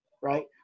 right